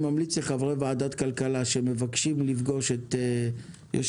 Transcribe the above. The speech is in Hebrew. אני ממליץ לחברי ועדת כלכלה שמבקשים לפגוש את יושב-ראש